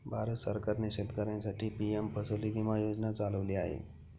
भारत सरकारने शेतकऱ्यांसाठी पी.एम फसल विमा योजना चालवली आहे